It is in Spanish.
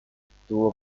tuvo